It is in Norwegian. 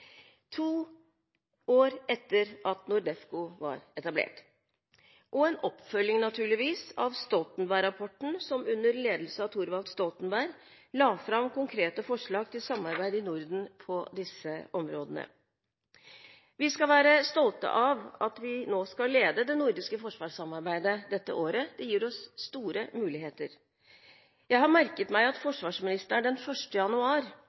to år etter at NORDEFCO var etablert og naturligvis en oppfølging av Stoltenberg-rapporten som, under ledelse av Thorvald Stoltenberg, la fram konkrete forslag til samarbeid i Norden på disse områdene. Vi skal være stolte av at vi nå skal lede det nordiske forsvarssamarbeidet dette året. Det gir oss store muligheter. Jeg har merket meg at forsvarsministeren den 1. januar